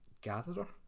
Gatherer